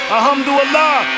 Alhamdulillah